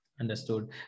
Understood